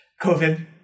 COVID